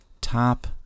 top